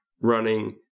running